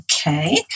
Okay